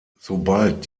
sobald